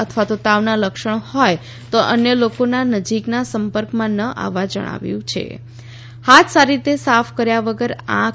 અથવા તાવના લક્ષણો હોય તો અન્ય લોકોના નજીકના સંપર્કમાં ન આવવા જણાવાયું છે હાથ સારી રીતે સાફ કર્યા વગર આંખ